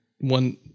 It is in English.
one